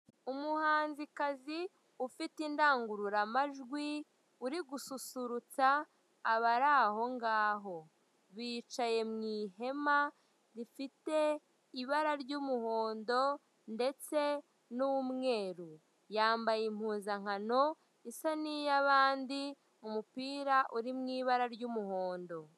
Umuhanzikazi ufite indangururamajwi uri gususurutsa abari ahongaho. Bicaye mu ihema rifite ibara ry'umuhondo ndetse n'umweru. Yambaye impuzankano isa n'iy'abandi, umupira uri mu ibara ry'umuhondo.